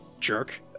jerk